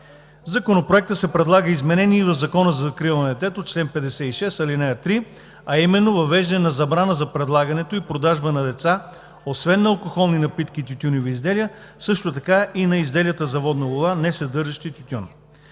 В Законопроекта се предлага изменение и в Закона за закрила на детето – чл. 56, ал. 3, а именно: въвеждане на забрана за предлагането и продажба на деца освен на алкохолни напитки и тютюневи изделия, също така и на изделията за водна лула, несъдържащи тютюн.